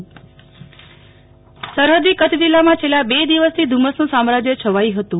કલ ઠક્કર સરફદી કચ્છ જિલ્લામાં છેલ્લા બે દિવસથી ધુમ્મસનું સામ્રાજ્ય છવાથું ફતું